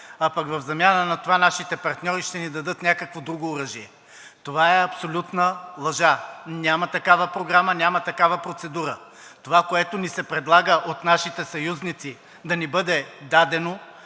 а в замяна на това нашите партньори ще ни дадат някакво друго оръжие. Това е абсолютна лъжа! Няма такава програма, няма такава процедура. Това, което ни се предлага от нашите съюзници да ни бъде дадено,